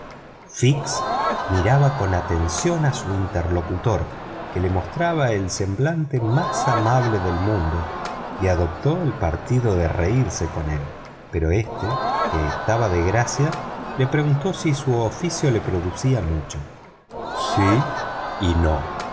miraba con atención a su interlocutor que le mostraba el semblante más amable del mundo y adoptó el partido de reirse de él pero éste que estaba de gracia le preguntó si su oficio le producía mucho sí y no